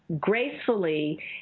gracefully